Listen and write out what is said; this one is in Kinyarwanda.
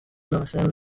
damascène